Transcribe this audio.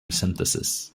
synthesis